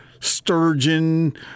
sturgeon